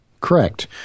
Correct